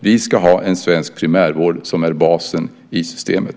Vi ska ha en svensk primärvård som bas i systemet.